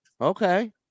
Okay